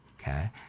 okay